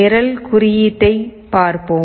நிரல் குறியீட்டைப் பார்ப்போம்